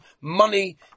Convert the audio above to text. money